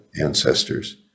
ancestors